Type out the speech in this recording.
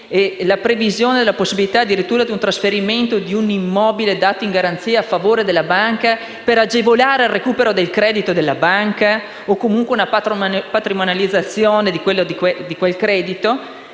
espropriativi e la possibilità addirittura di trasferimento di un immobile dato in garanzia a favore della banca, per agevolare il recupero del credito della banca o comunque una patrimonializzazione di quel credito,